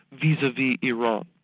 vis-a-vis iran.